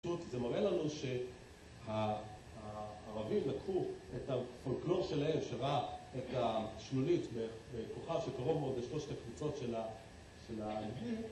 זה מראה לנו שהערבים לקחו את הפולקלור שלהם שראה את השלולית בכוכב שקרוב מאוד לשלושת הקבוצות של האנגלית